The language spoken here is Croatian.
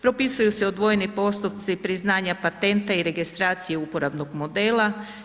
Propisuju se odvojeni postupci priznanja patenta i registracije uporabnog modela.